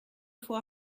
vor